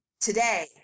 today